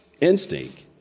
instinct